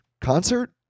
concert